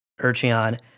Urcheon